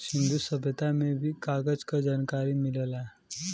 सिंन्धु सभ्यता में भी कागज क जनकारी मिलेला